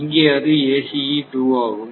இங்கே அது ACE 2 ஆகும்